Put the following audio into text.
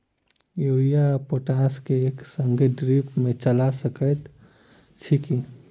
Urea आ potash केँ एक संगे ड्रिप मे चला सकैत छी की?